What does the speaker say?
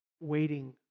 waiting